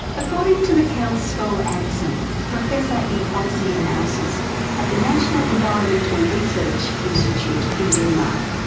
according to mikael skou andersen, professor in policy analysis at the national environmental research institute in denmark,